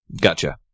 Gotcha